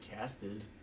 casted